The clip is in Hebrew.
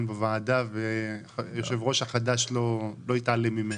בוועדה והיושב-ראש החדש לא התעלם ממנה.